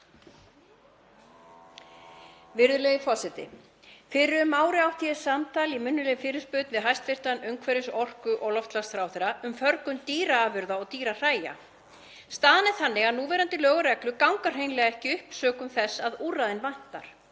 Virðulegur forseti. Fyrir um ári átti ég samtal í munnlegu fyrirspurn við hæstv. umhverfis-, orku- og loftslagsráðherra um förgun dýraafurða og dýrahræja. Staðan er þannig að núverandi lög og reglur ganga hreinlega ekki upp sökum þess að úrræðin vantar.